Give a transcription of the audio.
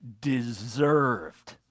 deserved